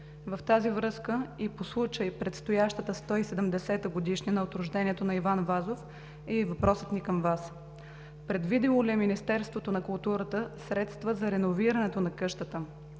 В тази връзка и по случай предстоящата 170-а годишнина от рождението на Иван Вазов е и въпросът ни към Вас: предвидило ли е Министерството на културата средства за реновирането на къщата,